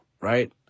right